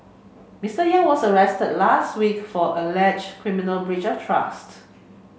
Mr Yang was arrested last week for alleged criminal breach of trusts